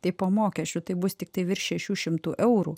tai po mokesčių tai bus tiktai virš šešių šimtų eurų